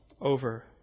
over